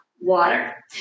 water